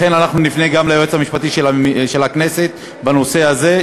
לכן אנחנו נפנה גם ליועץ המשפטי של הכנסת בנושא הזה,